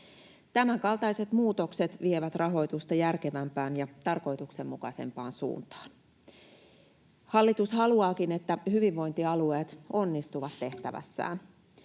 Tämänkaltaiset muutokset vievät rahoitusta järkevämpään ja tarkoituksenmukaisempaan suuntaan. Hallitus haluaakin, että hyvinvointialueet onnistuvat tehtävässään.